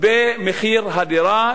במחיר הדירה,